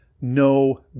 no